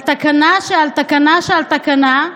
על תקנה שעל תקנה שעל תקנה,